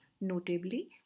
notably